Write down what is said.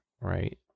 right